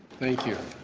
thank you.